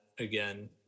again